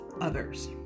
others